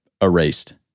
erased